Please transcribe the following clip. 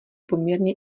poměrně